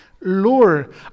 Lord